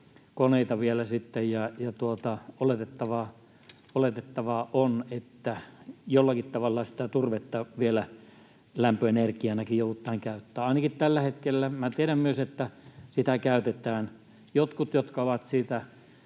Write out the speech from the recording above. koneita vielä sitten, ja oletettavaa on, että jollakin tavalla sitä turvetta vielä lämpöenergianakin joudutaan käyttämään. Tiedän myös, että ainakin tällä hetkellä sitä käytetään. Jotkut, jotka ovat siitä